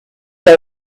they